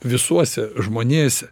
visuose žmonėse